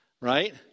right